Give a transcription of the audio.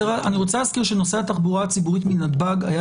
להזכיר שנושא התחבורה הציבורית מנתב"ג היה